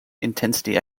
intensity